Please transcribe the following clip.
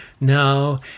No